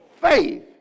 Faith